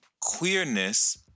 queerness